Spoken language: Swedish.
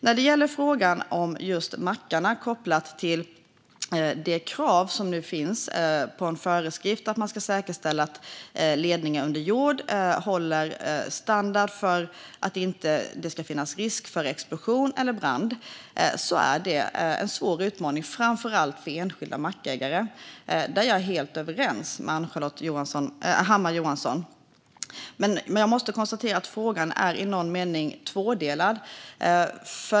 Sedan gäller det frågan om mackarna, kopplat till det krav och den föreskrift som nu finns om att man ska säkerställa att ledningar under jord håller en standard så att det inte finns risk för explosion eller brand. Det är en svår utmaning, framför allt för enskilda mackägare. Där är jag helt överens med Ann-Charlotte Hammar Johnsson. Men jag måste konstatera att frågan i någon mening är tvådelad.